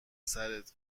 سرت